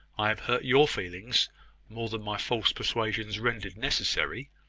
i have hurt your feelings more than my false persuasions rendered necessary.